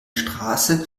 straße